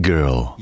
Girl